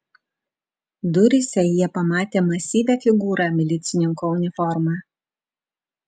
duryse jie pamatė masyvią figūrą milicininko uniforma